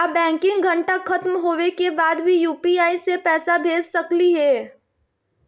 का बैंकिंग घंटा खत्म होवे के बाद भी यू.पी.आई से पैसा भेज सकली हे?